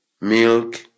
milk